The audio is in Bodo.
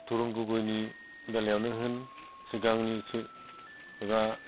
तरुन गगयनि बेलायावनो होन सिगांनिसो एबा